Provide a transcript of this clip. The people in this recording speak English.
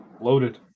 loaded